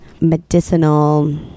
medicinal